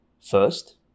First